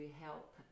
help